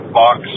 box